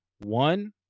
One